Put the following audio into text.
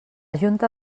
junta